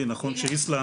האיסלנדי